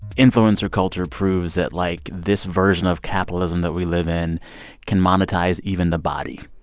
influencer culture proves that, like, this version of capitalism that we live in can monetize even the body,